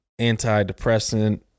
antidepressant